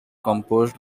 composed